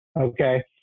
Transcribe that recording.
Okay